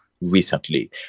recently